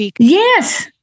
Yes